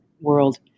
world